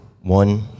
one